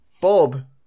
Bob